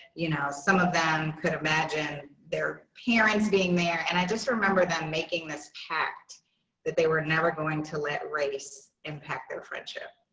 you know, some of them could imagine their parents being there. and i just remember them making this pact that they were never going to let race impact their friendship.